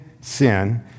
sin